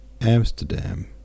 Amsterdam